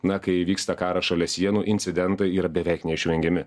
na kai vyksta karas šalia sienų incidentai yra beveik neišvengiami